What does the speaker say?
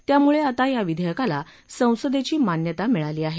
त्यामुळे आता या विधेयकाला संसदेची मान्यता मिळाली आहे